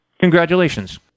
Congratulations